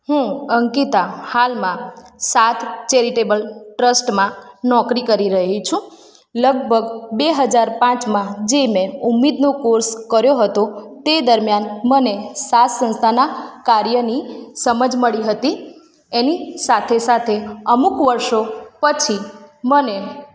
હું અંકિતા હાલમાં સાથ ચૅરિટેબલ ટ્રસ્ટમાં નોકરી કરી રહી છું લગભગ બે હજાર પાંચમાં જે મેં ઉમ્મીદનો કોર્સ કર્યો હતો તે દરમિયાન મને સાથ સંસ્થાના કાર્યની સમજ મળી હતી એની સાથે સાથે અમુક વર્ષો પછી મને